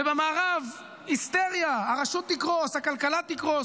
ובמערב היסטריה: הרשות תקרוס, הכלכלה תקרוס.